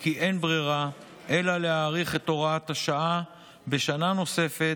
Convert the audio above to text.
כי אין ברירה אלא להאריך את הוראת השעה בשנה נוספת,